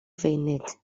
rufeinig